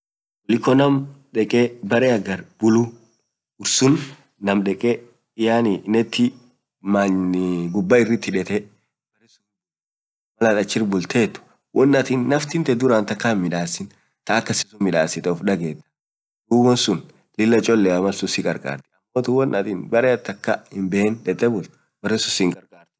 kuliko naam dekee baree hagar buluu ursun afadhalin nam deke neti many gubaa irrit hidetee woan naftin tee duraan takaa hinmidasin midasitaa duub woansuun lila si karkartii urrg atin bare atin hinbeen dete buult baren sun sihinkarkartuu.